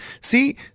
See